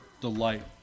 delight